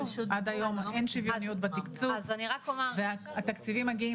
עד היום אין שוויוניות בתקצוב והתקציבים מגיעים